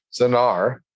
Zanar